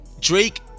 Drake